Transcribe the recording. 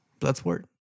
Bloodsport